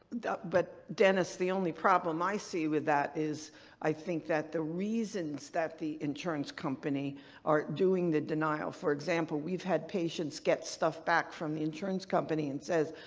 but dennis, the only problem i see with that is i think that the reasons that the insurance company are doing the denial for example we've had patients get stuff back from the insurance company and says,